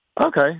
Okay